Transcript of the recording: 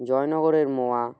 জয়নগরের মোয়া